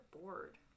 bored